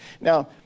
Now